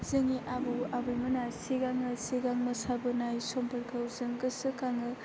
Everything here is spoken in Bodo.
जोंनि आबै आबौमोना सिगां मोसाबोनाय समफोरखौ जों गोसो खाङो